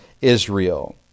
Israel